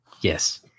yes